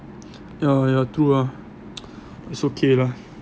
ya ya true ah it's okay lah